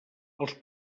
els